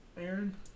Aaron